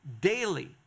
daily